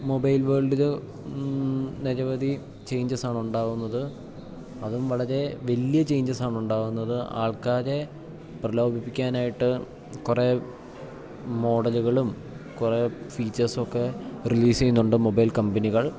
mobile വേൾഡില് നിരവധി changes ആണുണ്ടാവുന്നത് അതും വളരെ വലിയ ചേഞ്ചസ് ആണുണ്ടാവുന്നത് ആൾക്കാരെ പ്രലോഭിപ്പിക്കാനായിട്ട് കുറേ മോഡലുകളും കുറേ ഫീച്ചേഴ്സ് ഒക്കെ റിലീസ് ചെയ്യുന്നുണ്ട് മൊബൈൽ കമ്പനികൾ